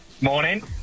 Morning